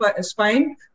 spine